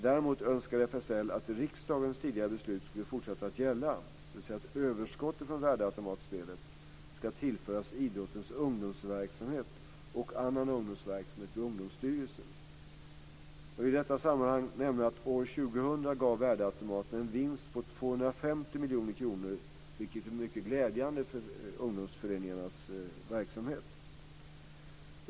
Däremot önskade FSL att riksdagens tidigare beslut skulle fortsätta att gälla, dvs. att överskottet från värdeautomatspelet ska tillföras idrottens ungdomsverksamhet och annan ungdomsverksamhet vid Ungdomsstyrelsen. Jag vill i detta sammanhang nämna att år 2000 gav värdeautomaterna en vinst på 250 miljoner kronor, vilket är mycket glädjande för föreningarnas ungdomsverksamhet.